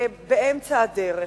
באמצע הדרך.